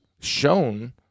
shown